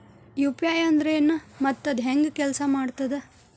UPI ಅಂದ್ರೆನು ಮತ್ತ ಅದ ಹೆಂಗ ಕೆಲ್ಸ ಮಾಡ್ತದ